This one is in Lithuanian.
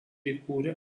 įkūrė